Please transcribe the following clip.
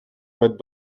but